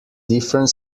different